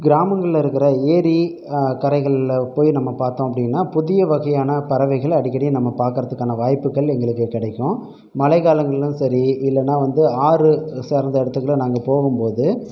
கிராமங்களில் இருக்கிற ஏரி கரைகளில் போய் நம்ம பார்த்தோம் அப்படின்னா புதிய வகையான பறவைகள் அடிக்கடி நம்ம பார்க்கறதுக்கான வாய்ப்புகள் எங்களுக்கு கிடைக்கும் மழை காலங்களிலும் சரி இல்லைனா வந்து ஆறு சார்ந்த இடத்துக்குலாம் நாங்கள் போகும் போது